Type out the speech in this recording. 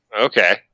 Okay